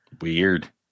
Weird